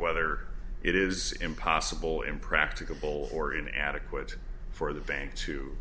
whether it is impossible impracticable or an adequate for the bank to